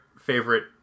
favorite